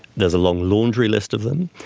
there's a long laundry list of them,